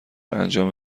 انجام